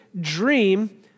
dream